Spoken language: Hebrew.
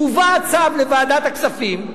הובא הצו לוועדת הכספים,